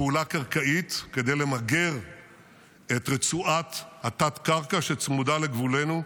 בפעולה קרקעית כדי למגר את רצועת התת-קרקע שצמודה לגבולנו,